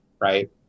right